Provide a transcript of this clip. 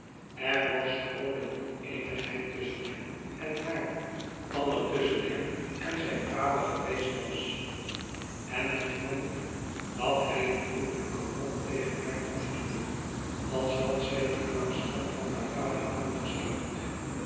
er was grooter oneenigheid tusschen hem en haar dan er tusschen hem en zijn vader geweest was en men vermoedt dat hij een doodelijken wrok tegen haar koesterde als had zij de gramschap van haar vader aangestookt